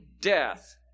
death